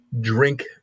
drink